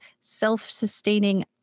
self-sustaining